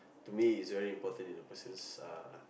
to me is very important in a person's uh